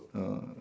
uh